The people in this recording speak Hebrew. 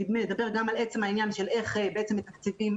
שמדבר גם על עצם העניין של איך בעצם מתקצבים,